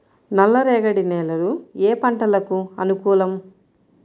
నల్లరేగడి నేలలు ఏ పంటలకు అనుకూలం?